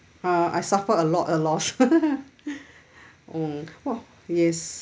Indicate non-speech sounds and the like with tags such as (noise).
uh I suffer a lot of loss (laughs) hmm !wah! yes